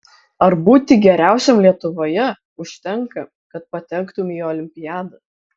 ar būti geriausiam lietuvoje užtenka kad patektumei į olimpiadą